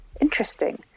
interesting